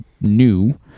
new